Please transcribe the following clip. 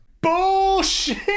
Bullshit